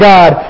God